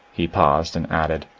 he paused and added,